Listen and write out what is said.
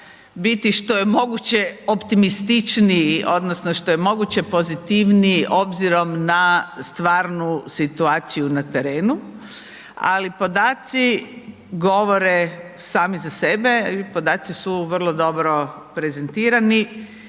biti što je moguće optimističniji odnosno što je moguće pozitivniji, obzirom na stvarnu situaciju na terenu, ali podaci govore sami za sebe ili podaci su vrlo dobro prezentirani